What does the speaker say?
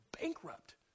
bankrupt